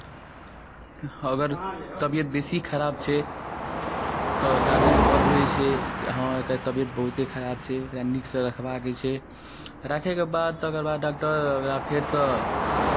अगर तबियत बेसी खराब छै तऽ गारजियनकेँ बतबै छै कि हँ एकर तबियत बहुते खराब छै एकरा नीकसँ रखबाक छै राखयके बाद तकरबाद डॉक्टर ओकरा फेरसँ